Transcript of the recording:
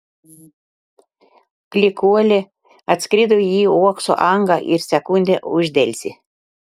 klykuolė atskrido į uokso angą ir sekundę uždelsė